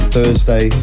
Thursday